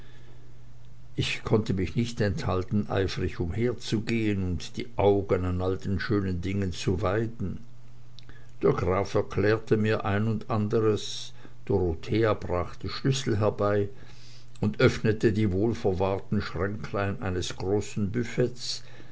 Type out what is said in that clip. ich konnte mich nicht enthalten eifrig umherzugehen und die augen an all den schönen dingen zu weiden der graf erklärte mir ein und anderes dorothea brachte schlüssel herbei und öffnete die wohlverwahrten schränklein eines großen buffets